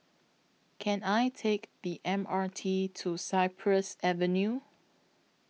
Can I Take The M R T to Cypress Avenue